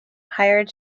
hired